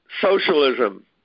socialism